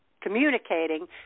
Communicating